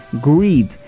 greed